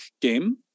game